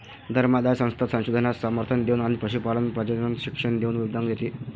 धर्मादाय संस्था संशोधनास समर्थन देऊन आणि पशुपालन प्रजनन शिक्षण देऊन योगदान देते